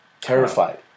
terrified